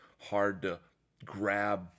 hard-to-grab